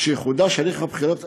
כשיחודש הליך הבחירות,